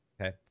Okay